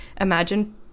imagine